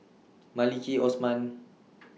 Maliki Osman